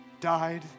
died